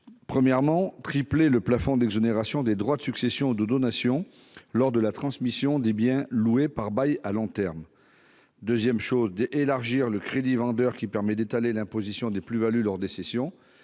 premièrement, triplement du plafond d'exonération des droits de succession ou de donation lors de la transmission de biens loués par bail à long terme ; deuxièmement, élargissement du crédit vendeur, qui permet d'étaler l'imposition des plus-values lors des cessions.